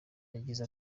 yagize